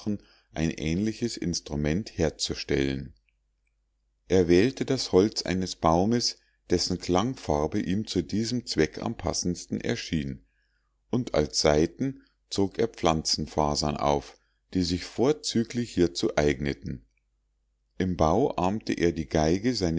ein ähnliches instrument herzustellen er wählte das holz eines baumes dessen klangfarbe ihm zu diesem zweck am passendsten erschien und als saiten zog er pflanzenfasern auf die sich vorzüglich hiezu eigneten im bau ahmte er die geige seines